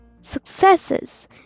successes